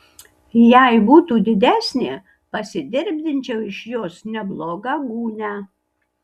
jei būtų didesnė pasidirbdinčiau iš jos neblogą gūnią